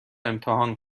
امتحان